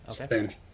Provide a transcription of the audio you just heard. Okay